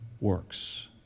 works